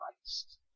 Christ